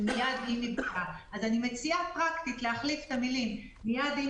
אני מציעה פרקטית להחליף את המילים "מייד עם